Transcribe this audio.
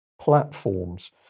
platforms